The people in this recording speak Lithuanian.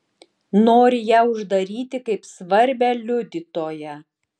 nori ją uždaryti kaip svarbią liudytoją